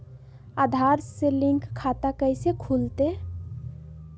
आधार से लिंक खाता कैसे खुलते?